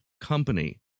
company